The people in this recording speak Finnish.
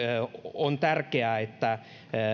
on tärkeää että